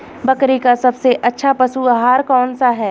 बकरी का सबसे अच्छा पशु आहार कौन सा है?